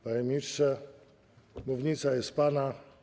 Panie ministrze, mównica jest pana.